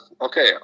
okay